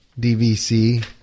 DVC